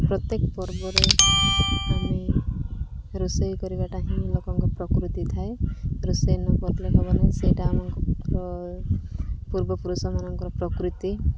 ପ୍ରତ୍ୟେକ ପର୍ବରେ ଆମେ ରୋଷେଇ କରିବାଟା ହିଁ ଲୋକଙ୍କ ପ୍ରକୃତି ଥାଏ ରୋଷେଇ ନ କର୍ଲେ ହବ ନାହିଁ ସେଇଟା ଆମକୁ ପୂର୍ବପୁରୁଷ ମାନଙ୍କର ପ୍ରକୃତି